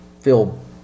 feel